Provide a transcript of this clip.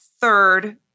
third